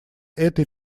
этой